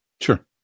Sure